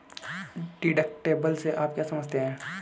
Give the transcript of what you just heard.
Deductible से आप क्या समझते हैं?